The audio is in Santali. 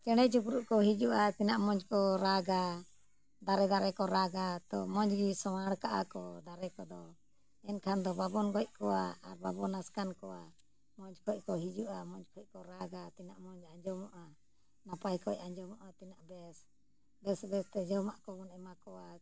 ᱪᱮᱬᱮᱼᱪᱤᱯᱨᱩᱫ ᱠᱚ ᱦᱤᱡᱩᱜᱼᱟ ᱛᱤᱱᱟᱹᱜ ᱢᱚᱡᱽ ᱠᱚ ᱨᱟᱜᱟ ᱫᱟᱨᱮ ᱫᱟᱨᱮ ᱠᱚ ᱨᱟᱜᱟ ᱛᱳ ᱢᱚᱡᱽᱜᱮ ᱥᱳᱦᱟᱱ ᱠᱟᱜᱼᱟ ᱠᱚ ᱫᱟᱨᱮ ᱠᱚᱫᱚ ᱮᱱᱠᱷᱟᱱ ᱫᱚ ᱵᱟᱵᱚᱱ ᱜᱚᱡ ᱠᱚᱣᱟ ᱟᱨ ᱵᱟᱵᱚᱱ ᱟᱥᱠᱟᱱ ᱠᱚᱣᱟ ᱢᱚᱡᱽ ᱚᱠᱚᱡ ᱠᱚ ᱦᱤᱡᱩᱜᱼᱟ ᱢᱚᱡᱽ ᱚᱠᱚᱡ ᱠᱚ ᱨᱟᱜᱟ ᱛᱤᱱᱟᱹᱜ ᱢᱚᱡᱽ ᱟᱸᱡᱚᱢᱚᱜᱼᱟ ᱱᱟᱯᱟᱭ ᱚᱠᱚᱡ ᱟᱸᱡᱚᱢᱚᱜᱼᱟ ᱛᱤᱱᱟᱹᱜ ᱵᱮᱥ ᱵᱮᱥᱼᱵᱮᱥᱛᱮ ᱡᱚᱢᱟᱜ ᱠᱚᱵᱚᱱ ᱮᱢᱟ ᱠᱚᱣᱟ